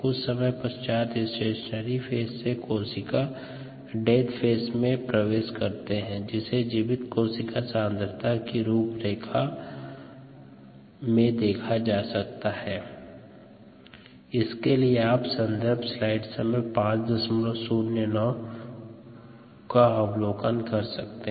कुछ समय पश्चात स्टेशनरी फेज से कोशिका डेथ फेज में प्रवेश करते हैं जिसे जीवित कोशिका सांद्रता की रूपरेखा में देखा जा सकता है